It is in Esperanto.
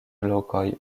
lokoj